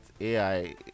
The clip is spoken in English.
ai